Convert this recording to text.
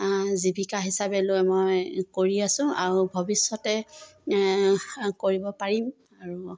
জীৱিকা হিচাপে লৈ মই কৰি আছোঁ আউ ভৱিষ্যতে কৰিব পাৰিম আৰু